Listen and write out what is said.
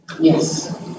yes